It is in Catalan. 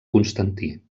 constantí